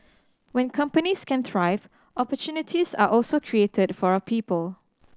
when companies can thrive opportunities are also created for our people